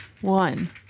one